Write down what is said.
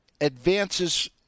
advances